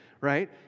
right